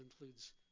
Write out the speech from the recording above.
includes